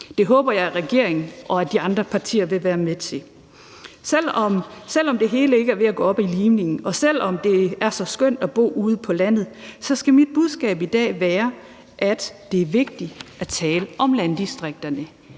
Det håber jeg at regeringen og de andre partier vil være med til. Selv om det hele ikke er ved at gå op i limningen, og selv om det er så skønt at bo ude på landet, så skal mit budskab i dag være, at det er vigtigt at tale om landdistrikterne.